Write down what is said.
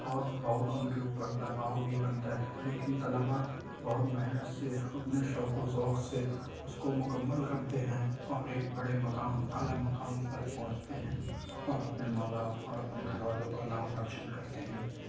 اور بہت ان کے اوپر دباؤ بھی بنتا ہے لیکن طلبا بہت محنت سے اپنے شوق و ذوق سے اس کو مکمل کرتے ہیں اور ایک بڑے مقام اعلیٰ مقام پر پہنچتے ہیں اور اپنے ماں باپ اور اپنے گھر والوں کا نام روشن کرتے ہیں